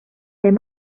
there